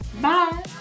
Bye